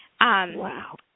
Wow